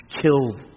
killed